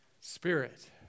Spirit